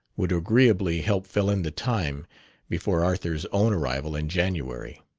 would agreeably help fill in the time before arthur's own arrival in january.